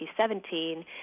2017